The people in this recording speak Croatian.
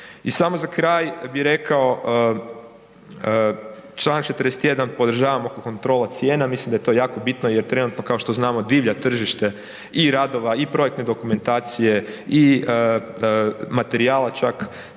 I samo za kraj bi rekao, čl. 41., podražavam oko kontrola cijena, mislim da je to jako bitno jer trenutno, kao što znamo, divlja tržite i radova i projektne dokumentacije i materijala čak,